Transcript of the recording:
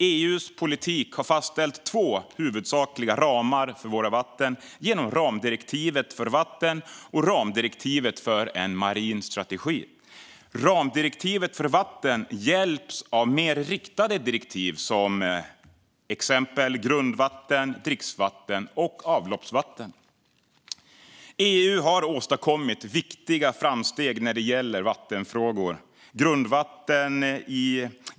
EU:s politik har fastställt två huvudsakliga ramar för våra vatten genom ramdirektivet för vatten och ramdirektivet för en marin strategi. Ramdirektivet för vatten hjälps av mer riktade direktiv, till exempel för grundvatten, dricksvatten och avloppsvatten. EU har åstadkommit viktiga framsteg när det gäller vattenfrågor.